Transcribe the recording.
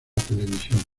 televisión